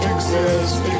Exist